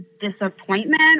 disappointment